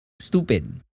stupid